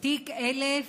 תיק 1000,